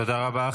תודה רבה.